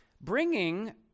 bringing